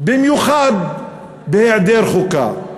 במיוחד בהיעדר חוקה.